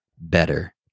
better